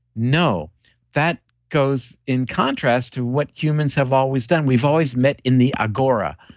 no that goes in contrast to what humans have always done. we've always met in the agora,